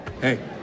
Hey